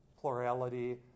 plurality